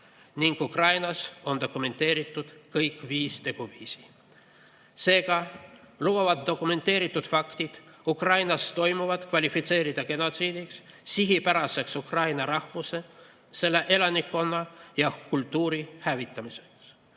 ning Ukrainas on dokumenteeritud kõik viis teguviisi. Seega lubavad dokumenteeritud faktid Ukrainas toimuvat kvalifitseerida genotsiidiks, sihipäraseks ukraina rahvuse, Ukraina elanikkonna ja ukraina kultuuri hävitamiseks.